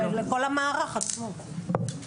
הוא לכל המערך עצמו.